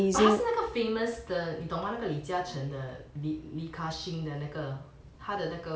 but 他是那个 famous 的你懂吗那个李嘉诚的 li ka shing 的那个他的那个他的那个 company build 的